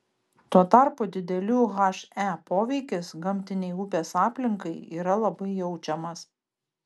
tuo tarpu didelių he poveikis gamtinei upės aplinkai yra labai jaučiamas